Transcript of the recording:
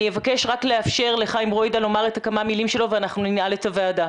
אבקש לאפשר לחיים ברוידא לומר את המילים שלו ואנחנו ננעל את הוועדה.